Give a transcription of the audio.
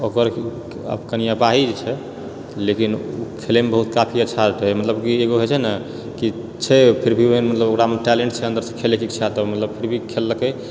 ओकर आब कनि अपाहिज छै लेकिन ओ खेलएमे बहुत काफी अच्छा छै मतलब एकगो होइत छे नहि कि छै फिरभी ओकरामे टैलन्ट छै अन्दरसँ खेलएके इच्छा तऽ मतलब फिरभी खेललकेै